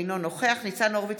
אינו נוכח ניצן הורוביץ,